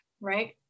Right